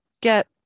get